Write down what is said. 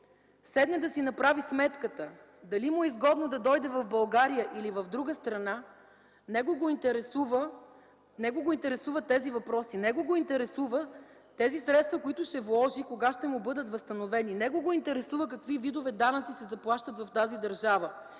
седне да си направи сметката, дали му е изгодно да дойде в България или в друга страна, него го интересуват тези въпроси; него го интересуват тези средства, които ще вложи, кога ще му бъдат възстановени; него го интересува какви видове данъци се заплащат в тази държава;